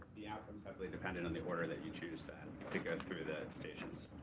the outcomes highly depending on the order that you choose them to go through that station.